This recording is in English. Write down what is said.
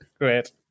Great